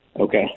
Okay